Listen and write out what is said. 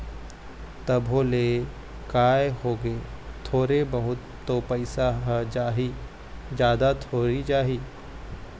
तभो ले काय होगे थोरे बहुत तो पइसा ह जाही जादा थोरी जाही